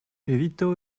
evito